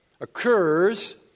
occurs